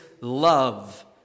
love